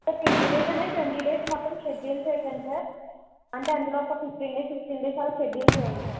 twenty days అంటే twenty days మొత్తం schedule చేయకండి సార్ అంటే అందులో ఒక ఫిఫ్టీన్ డేస్ ఫిఫ్టీన్ డేస్ అలా షెడ్యూల్ చేయండి